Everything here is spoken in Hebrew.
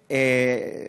מי אמר את זה?